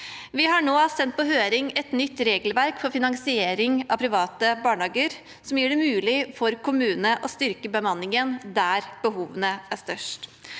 Vi har nå sendt på høring et nytt regelverk for finansiering av private barnehager, noe som gjør det mulig for kommunene å styrke bemanningen der behovene er størst.